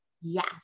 Yes